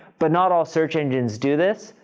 but not all search engines do this.